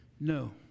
No